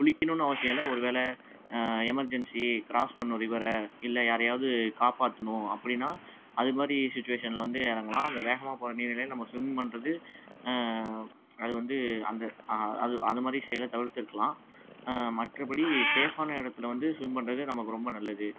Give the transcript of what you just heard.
குளிக்கணும்ன்னு அவசியம் இல்லை ஒரு வேளை எமர்ஜென்சி க்ராஸ் பண்ணணும் ரிவரை இல்லை யாரையாவது காப்பாற்றணும் அப்படின்னா அது மாதிரி சுச்சுவேஷனில் வந்து இறங்கலாம் அந்த வேகமாக போகிற நீர் நிலையில் நம்ம ஸ்விம் பண்ணுறது அது வந்து அந்த அது அது மாதிரி செயலை தவிர்த்துக்கலாம் மற்றபடி சேஃப்பான இடத்துல வந்து ஸ்விம் பண்ணுறது நமக்கு ரொம்ப நல்லது